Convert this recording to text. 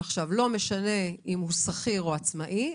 ועכשיו לא משנה אם הוא שכיר או עצמאי,